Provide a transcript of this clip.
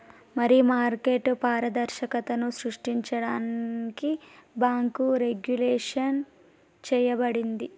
మరి మార్కెట్ పారదర్శకతను సృష్టించడానికి బాంకు రెగ్వులేషన్ చేయబడింది